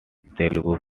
telugu